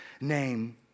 name